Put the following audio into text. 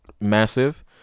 massive